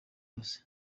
zose